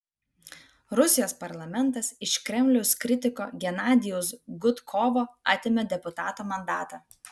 rusijos parlamentas iš kremliaus kritiko genadijaus gudkovo atėmė deputato mandatą